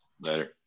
Later